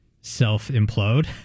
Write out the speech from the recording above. self-implode